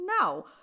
No